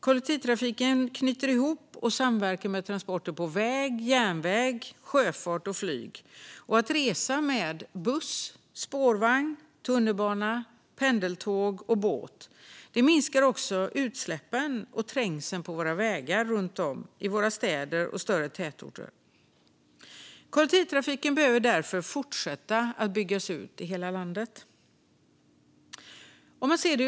Kollektivtrafiken knyter ihop och samverkar med transporter på väg och järnväg och med sjöfart och flyg. Att resa med buss, spårvagn, tunnelbana, pendeltåg eller båt minskar också utsläppen och trängseln på vägarna runt städer och större tätorter. Kollektivtrafiken behöver därför fortsätta att byggas ut i hela landet.